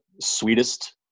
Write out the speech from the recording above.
sweetest